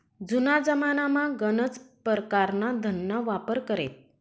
जुना जमानामा गनच परकारना धनना वापर करेत